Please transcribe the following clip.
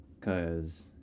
cause